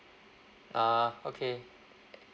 ah okay